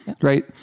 right